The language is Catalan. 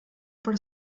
per